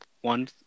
one